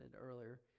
earlier